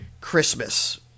Christmas